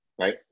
right